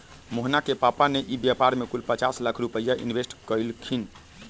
मोहना के पापा ने ई व्यापार में कुल पचास लाख रुपईया इन्वेस्ट कइल खिन